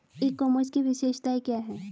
E commerce की विशेषताएं क्या हैं?